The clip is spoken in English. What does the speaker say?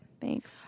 Thanks